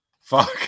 Fuck